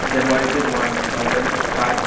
January date one two thousand five